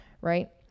right